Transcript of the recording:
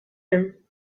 him